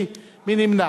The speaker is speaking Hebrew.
מי נמנע?